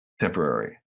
temporary